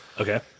okay